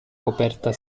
coperta